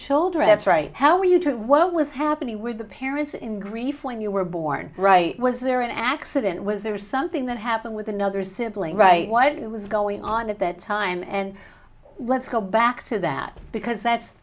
children that's right how were you two what was happening with the parents in grief when you were born right was there an accident was there something that happened with another sibling right what was going on at that time and let's go back to that because that's